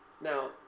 now